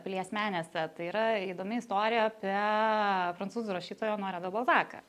pilies menėse tai yra įdomi istorija apie prancūzų rašytoją onorė de balzaką